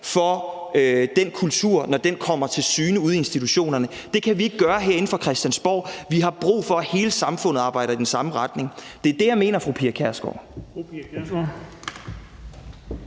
for den kultur, når den kommer til syne ude i institutionerne. Det kan vi ikke gøre herinde fra Christiansborgs side af. Vi har brug for, at hele samfundet arbejder i den samme retning. Det er det, jeg mener, fru Pia Kjærsgaard.